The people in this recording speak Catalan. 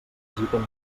nosaltres